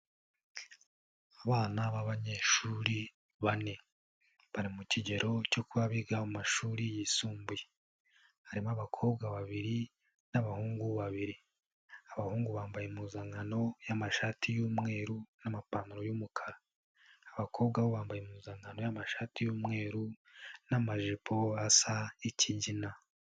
Abana b'abanyeshuri bane, bari mu kigero cyo ku biga mu mashuri yisumbuye, harimo abakobwa babiri n'abahungu babiri, abahungu bambaye impuzankano y'amashati y'umweru n'amapantaro y'umukara, abakobwa bambaye impuzankano y'amashati y'umweru n'amajipo asa ikigina.